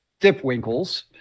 dipwinkles